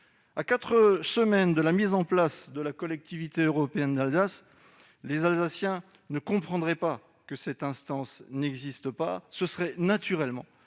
À quatre semaines de la mise en place de la collectivité européenne d'Alsace, les Alsaciens ne comprendraient pas que cette instance n'existe pas. Ce serait naturellement